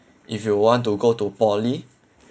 if you want to go to poly